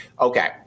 Okay